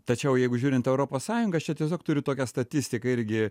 tačiau jeigu žiūrint europos sąjungos čia tiesiog turiu tokią statistiką irgi